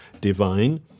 divine